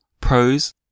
Pros